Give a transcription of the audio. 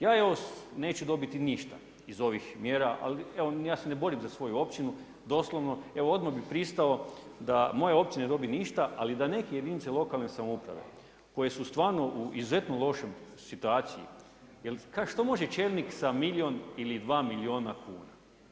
Ja evo neću dobiti ništa ali ja se ne borim za svoju općinu doslovno, evo odmah bi pristao da moja općina ne dobije ništa ali da neke jedinice lokalne samouprave koje su stvarno u izuzetno lošoj situaciji jel što može čelnik sa milijun ili dva milijuna kuna?